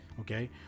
Okay